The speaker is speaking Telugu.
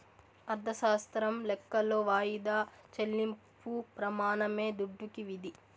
అర్ధశాస్త్రం లెక్కలో వాయిదా చెల్లింపు ప్రెమానమే దుడ్డుకి విధి